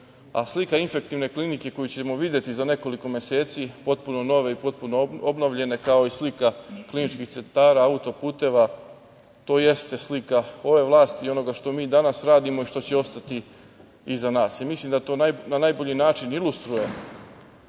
Slika Infektivne klinike koju ćemo videti za nekoliko meseci potpuno nove i potpuno obnovljene, kao i slika kliničkih centara, autoputeva, to jeste slika ove vlasti i onoga što mi danas radimo i što će ostati iza nas. Mislim da to na najbolji način ilustruje